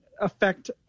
affect